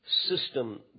system